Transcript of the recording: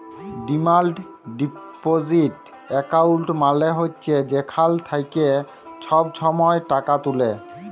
demand deposit account মালে হছে যেখাল থ্যাইকে ছব ছময় টাকা তুলে